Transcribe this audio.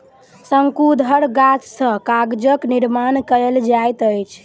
शंकुधर गाछ सॅ कागजक निर्माण कयल जाइत अछि